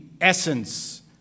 essence